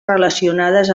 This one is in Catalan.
relacionades